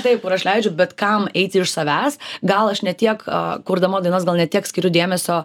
taip kur aš leidžiu bet kam eiti iš savęs gal aš ne tiek kurdama dainas gal ne tiek skiriu dėmesio